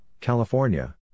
California